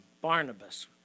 Barnabas